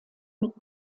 mit